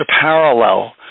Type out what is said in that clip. parallel